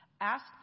Ask